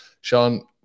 Sean